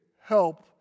help